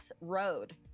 road